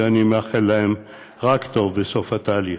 ואני מאחל להם רק טוב בסוף התהליך.